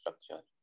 structure